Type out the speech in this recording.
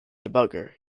debugger